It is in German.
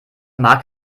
mag